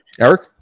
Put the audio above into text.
Eric